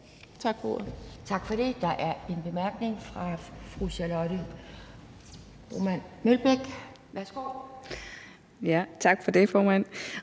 Tak for det. Der er en kort bemærkning fra fru Charlotte Broman Mølbæk. Værsgo. Kl. 11:45 Charlotte Broman